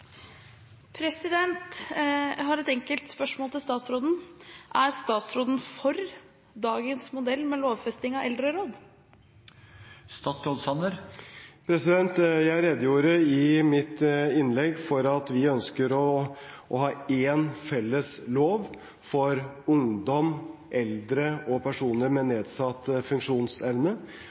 Jeg har et enkelt spørsmål til statsråden. Er statsråden for dagens modell med lovfesting av eldreråd? Jeg redegjorde i mitt innlegg for at vi ønsker å ha én felles lov for ungdom, eldre og personer med nedsatt funksjonsevne,